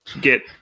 get